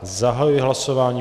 Zahajuji hlasování.